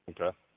okay